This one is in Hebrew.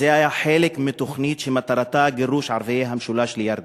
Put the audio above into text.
וזה היה חלק מתוכנית שמטרתה גירוש ערביי המשולש לירדן.